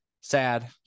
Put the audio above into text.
sad